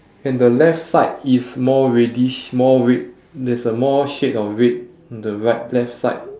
and the left side is more reddish more red there's a more shade of red on the right left side